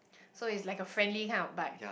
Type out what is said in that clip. so is like a friendly kind of bite